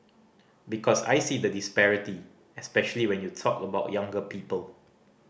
because I see the disparity especially when you talk about younger people